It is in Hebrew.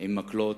עם מקלות,